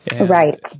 Right